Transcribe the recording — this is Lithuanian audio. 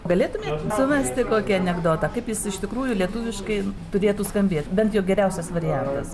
galėtumėt sumesti kokį anekdotą kaip jis iš tikrųjų lietuviškai turėtų skambėt bent jau geriausias variantas